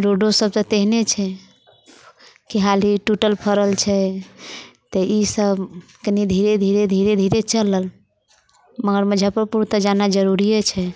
रोडोसभ तऽ तेहने छै की हाल ई टूटल फड़ल छै तऽ ईसभ कनी धीरे धीरे धीरे धीरे चलल मगर मुजफ्फरपुर तऽ जाना जरूरिए छै